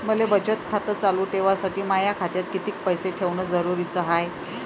मले बचत खातं चालू ठेवासाठी माया खात्यात कितीक पैसे ठेवण जरुरीच हाय?